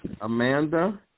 Amanda